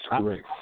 great